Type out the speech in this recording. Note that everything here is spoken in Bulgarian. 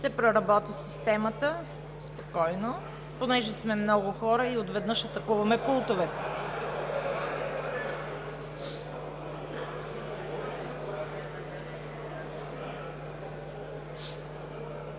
Ще проработи системата, спокойно. Понеже сме много хора и отведнъж атакуваме пултовете.